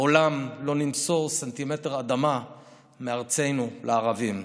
לעולם לא נמסור סנטימטר אדמה מארצנו לערבים.